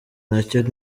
nacyo